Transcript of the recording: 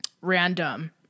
random